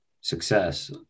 success